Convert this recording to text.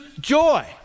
joy